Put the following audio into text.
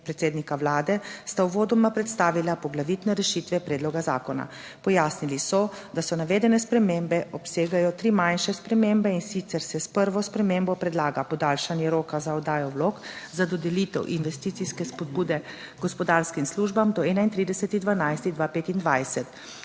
predsednika Vlade sta uvodoma predstavila poglavitne rešitve predloga zakona. Pojasnili so, da navedene spremembe, obsegajo tri manjše spremembe, in sicer se s prvo spremembo predlaga podaljšanje roka za oddajo vlog za dodelitev investicijske spodbude gospodarskim službam do 31. 12.